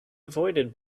avoided